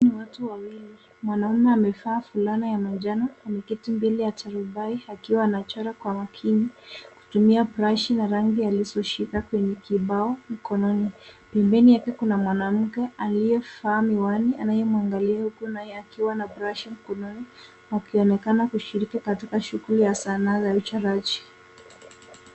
Ni watu wawili. Mwanaume amevaa fulana ya manjano. Ameketi mbele ya tarubai akiwa anachora kwa makini kutumia brashi na rangi alizoshika kwenye kibao mkononi. Pembeni yake kuna mwanamke aliyevaa miwani anayemwangalia akiwa na brashi mkononi, akionekana kushiriki katika shughuli ya sanaa na uchoraji.